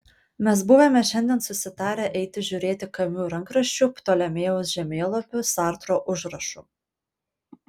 mes buvome šiandien susitarę eiti žiūrėti kamiu rankraščių ptolemėjaus žemėlapių sartro užrašų